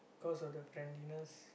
cause of the friendliness